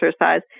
exercise